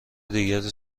دیگری